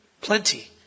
Plenty